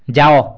ଯାଅ